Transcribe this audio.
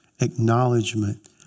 acknowledgement